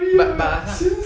but but err 他